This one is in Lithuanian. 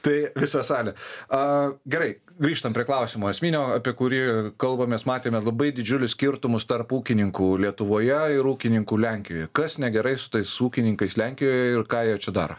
tai visą salę a gerai grįžtam prie klausimo esminio apie kurį kalbamės mes matėme labai didžiulius skirtumus tarp ūkininkų lietuvoje ir ūkininkų lenkijoje kas negerai su tais ūkininkais lenkijoje ir ką jie čia daro